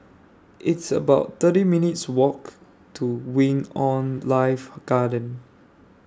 It's about thirty minutes' Walk to Wing on Life Garden